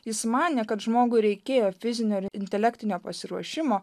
jis manė kad žmogui reikėjo fizinio ir intelektinio pasiruošimo